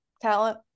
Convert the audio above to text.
talent